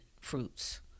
fruits